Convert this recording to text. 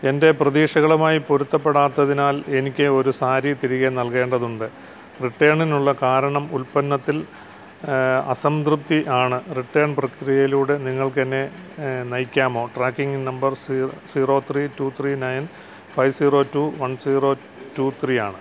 എന്റെ പ്രതീക്ഷകളുമായി പൊരുത്തപ്പെടാത്തതിനാൽ എനിക്ക് ഒരു സാരി തിരികെ നൽകേണ്ടതുണ്ട് റിട്ടേണിനുള്ള കാരണം ഉൽപ്പന്നത്തിൽ അസംതൃപ്തി ആണ് റിട്ടേൺ പ്രക്രിയയിലൂടെ നിങ്ങൾക്ക് എന്നെ നയിക്കാമോ tracking number C zero three two three nine zero two one zero two three ആണ്